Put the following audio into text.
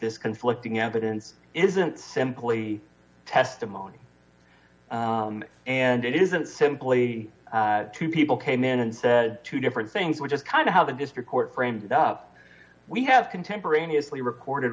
this conflicting evidence isn't simply testimony and it isn't simply two people came in and said two different things which is kind of how the district court framed up we have contemporaneously recorded